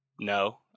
no